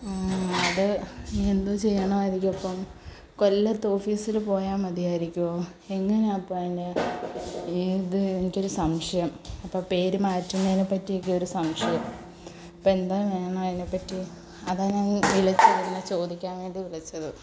അത് ഇനി എന്ത് ചെയ്യണമായിരിക്കും അപ്പം കൊല്ലത്തോഫീസില് പോയാൽ മതിയായിരിക്കുമോ എങ്ങനെയാണ് അപ്പം അതിൻ്റെ ഇത് എനിക്കൊര് സംശയം അപ്പം പേരുമാറ്റുന്നതിനെ പറ്റിയൊക്കെ സംശയം അപ്പം എന്താ വേണം അതിനെ പറ്റി അതാ ഞാൻ വിളിച്ച് ചോദിക്കാൻ വേണ്ടി വിളിച്ചത്